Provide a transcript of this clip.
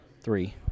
three